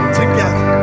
together